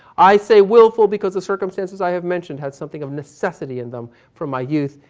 i say willful because the circumstances i have mentioned had something of necessity in them from my youth,